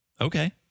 Okay